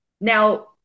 now